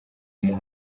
uyu